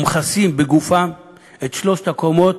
ומכסים בגופם את שלוש הקומות